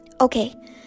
Okay